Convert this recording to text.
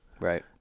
right